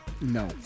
No